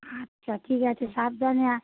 আচ্ছা ঠিক আছে সাবধানে আসিস